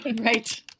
Right